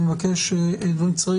ואני מבקש דברים קצרים,